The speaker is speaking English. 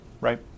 right